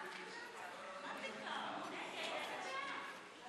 עד עשר דקות, בבקשה.